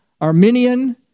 Arminian